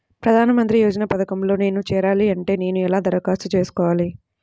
ప్రధాన మంత్రి యోజన పథకంలో నేను చేరాలి అంటే నేను ఎలా దరఖాస్తు చేసుకోవాలి?